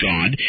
God